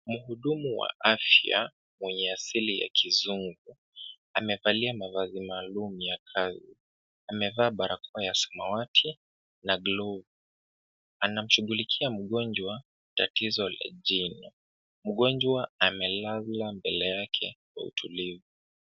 Mhudumu wa afya mwenye asili ya kizungu amevalia mavazi maalum ya kazi amevaa barakoa ya samawati na glovu. Anashughulika mgonjwa tatizo la jino. Mgonjwa amelala mbele yake kwa utulivu.